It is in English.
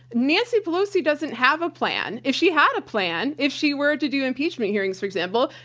nancy pelosi doesn't have a plan. if she had a plan, if she were to do impeachment hearings for example,